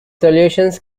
solutions